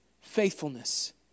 faithfulness